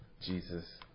Jesus